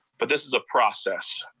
but this is a process.